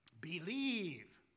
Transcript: Believe